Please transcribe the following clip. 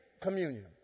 communion